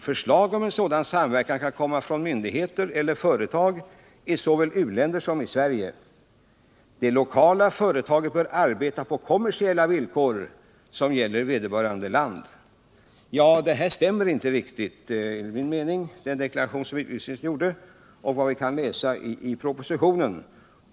Förslag om sådan samverkan kan komma från myndigheter eller företag i u-länder, liksom från svenska företag eller myndigheter. Det lokala företaget bör givetvis arbeta på de kommersiella villkor som gäller i vederbörande u-land.” Detta stämmer inte riktigt, enligt min mening. Den deklaration som utrikesministern gjorde stämmer inte med det vi kan läsa i propositionen.